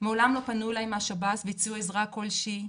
מעולם לא פנו אלי מהשב"ס והציעו עזרה כלשהי,